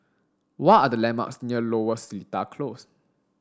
what are the landmarks near Lower Seletar Close